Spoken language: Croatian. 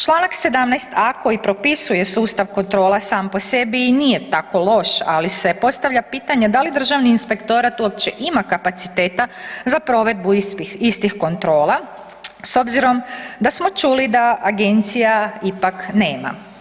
Čl. 17.a. koji propisuje sustav kontrola sam po sebi i nije tako loš, ali se postavlja pitanje da li državni inspektorat uopće ima kapaciteta za provedbu istih kontrola s obzirom da smo čuli da agencija ipak nema.